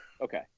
Okay